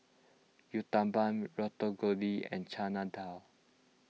Uthapam and Chana Dal